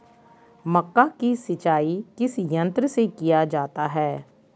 मक्का की सिंचाई किस यंत्र से किया जाता है?